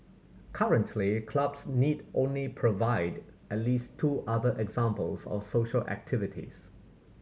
currently clubs need only provide at least two other examples of social activities